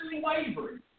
wavering